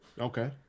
Okay